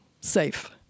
safe